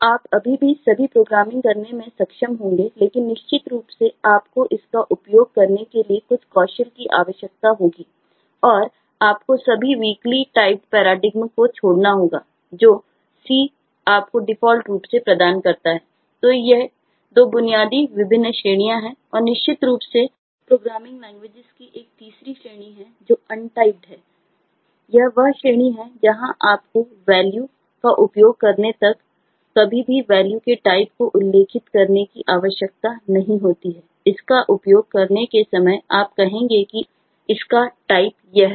आप अभी भी सभी प्रोग्रामिंग करने में सक्षम होंगे लेकिन निश्चित रूप से आपको इसका उपयोग करने के लिए कुछ कौशल की आवश्यकता होगी और आपको सभी वीकली टाइप्ड पैराडाइम यह है